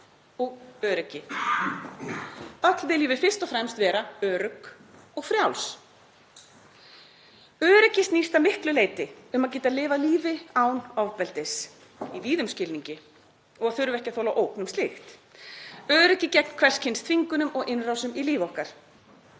og öryggi. Öll viljum við fyrst og fremst vera örugg og frjáls. Öryggi snýst að miklu leyti um að geta lifað lífi án ofbeldis í víðum skilningi og að þurfa ekki að þola ógn um slíkt, öryggi gegn hvers kyns þvingunum og innrásum í líf okkar.